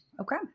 Okay